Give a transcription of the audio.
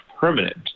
permanent